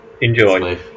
Enjoy